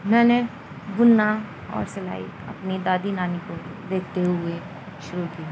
میں نے بننا اور سلائی اپنی دادی نانی کو دیکھتے ہوئے شروع کی